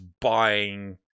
buying